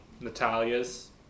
natalia's